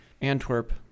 Antwerp